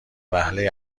وهله